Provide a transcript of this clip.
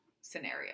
scenario